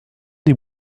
des